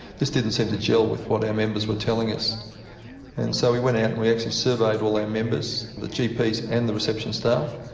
this didn't seem to jell with what our members were telling us and so we went out and we actually surveyed all our members, the gps and the reception staff.